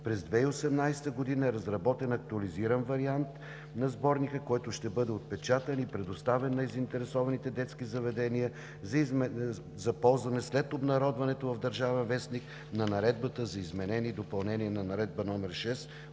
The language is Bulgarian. През 2018 г. е разработен актуализиран вариант на Сборника, който ще бъде отпечатан и предоставен на заинтересованите детски заведения за ползване след обнародването в „Държавен вестник“ на Наредбата за изменение и допълнение на Наредба № 6